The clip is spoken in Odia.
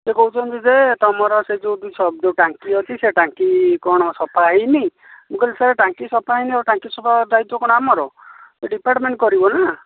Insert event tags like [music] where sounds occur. ସିଏ କହୁଛନ୍ତି ଯେ ତୁମର ସେ ଯେଉଁ [unintelligible] ରେ ସବୁ ଟାଙ୍କି ଅଛି ସିଏ ଟାଙ୍କି କ'ଣ ସଫା ହେଇନି ମୁଁ କହିଲି ସାର୍ ଟାଙ୍କି ସଫା ହେଇନି ଆଉ ଟାଙ୍କି ସଫା ଦାୟିତ୍ଵ କ'ଣ ଆମର ଡିପାର୍ଟମେଣ୍ଟ୍ କରିବ ନାଁ